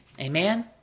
Amen